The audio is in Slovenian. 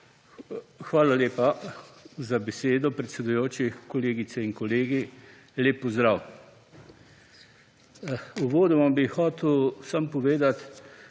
Hvala lepa za besedo, predsedujoči. Kolegice in kolegi! Lep pozdrav! Uvodoma bi hotel samo povedati,